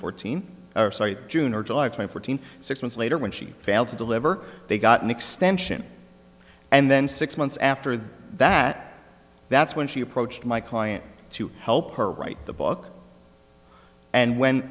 fourth teen or site june or july fourteenth six months later when she failed to deliver they got an extension and then six months after that that's when she approached my client to help her write the book and when